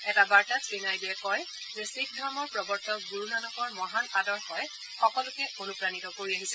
এটা বাৰ্তাত শ্ৰীনাইডুৱে কয় যে শিখ ধৰ্মৰ প্ৰৱৰ্তক গুৰুনানকৰ মহান আদশই সকলোকে অনুপ্ৰাণিত কৰি আহিছে